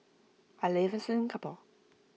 I live in Singapore